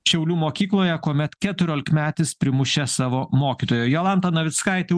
šiaulių mokykloje kuomet keturiolikmetis primušė savo mokytoją jolanta navickaitė